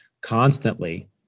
constantly